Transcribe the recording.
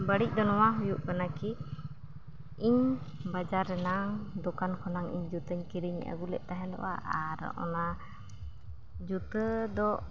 ᱵᱟᱹᱲᱤᱡᱫᱚ ᱱᱚᱣᱟ ᱦᱩᱭᱩᱜ ᱠᱟᱱᱟ ᱠᱤ ᱤᱧ ᱵᱟᱡᱟᱨ ᱨᱮᱱᱟᱜ ᱫᱚᱠᱟᱱ ᱠᱷᱚᱱᱟᱜ ᱤᱧ ᱡᱩᱛᱟᱹᱧ ᱠᱤᱨᱤᱧ ᱟᱹᱜᱩᱞᱮᱫ ᱛᱟᱦᱮᱫᱚᱜᱼᱟ ᱟᱨ ᱚᱱᱟ ᱡᱩᱛᱟᱹᱫᱚ